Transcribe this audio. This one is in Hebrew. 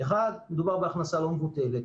אחד, מדובר בהכנסה לא מבוטלת.